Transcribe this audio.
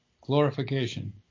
Glorification